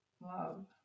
Love